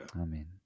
Amen